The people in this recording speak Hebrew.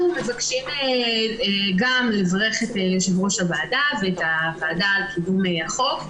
אנחנו מבקשים לברך את יושבת-ראש הוועדה ואת הוועדה על קידום החוק.